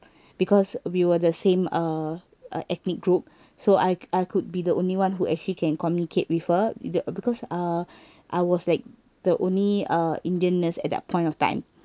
because we were the same uh uh ethnic group so I I could be the only one who actually can communicate with her the because uh I was like the only uh indian nurse at that point of time